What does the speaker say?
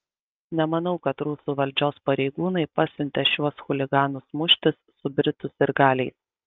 nemanau kad rusų valdžios pareigūnai pasiuntė šiuos chuliganus muštis su britų sirgaliais